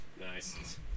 nice